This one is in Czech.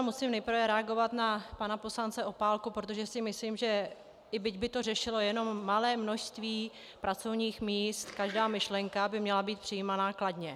Musím nejprve reagovat na pana poslance Opálku, protože si myslím, že i byť by to řešilo jenom malé množství pracovních míst, každá myšlenka by měla být přijímaná kladně.